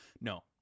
no